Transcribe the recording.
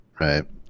right